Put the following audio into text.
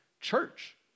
church